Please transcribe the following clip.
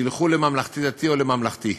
שילכו לממלכתי-דתי או לממלכתי.